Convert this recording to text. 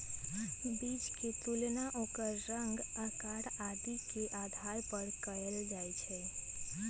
बीज के तुलना ओकर रंग, आकार आदि के आधार पर कएल जाई छई